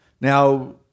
Now